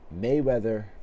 Mayweather